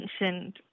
mentioned